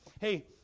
hey